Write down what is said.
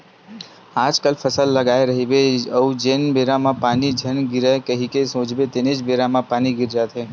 आजकल फसल लगाए रहिबे अउ जेन बेरा म पानी झन गिरय कही के सोचबे तेनेच बेरा म पानी गिर जाथे